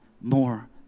more